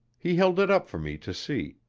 he held it up for me to see,